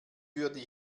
würde